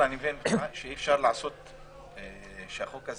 אני מבין שאי אפשר לעשות שהחוק הזה